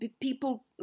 people